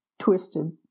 twisted